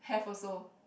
have also